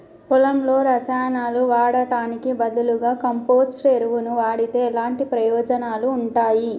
పొలంలో రసాయనాలు వాడటానికి బదులుగా కంపోస్ట్ ఎరువును వాడితే ఎలాంటి ప్రయోజనాలు ఉంటాయి?